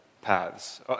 paths